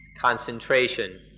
concentration